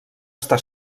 està